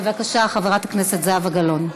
בבקשה, חברת הכנסת זהבה גלאון.